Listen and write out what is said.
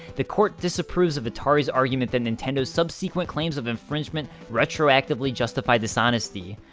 the court disapproves of atari's argument that nintendo's subsequent claims of infringement retroactively justify dishonesty.